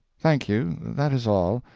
thank you, that is all.